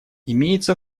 имеется